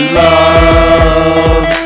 love